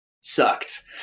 sucked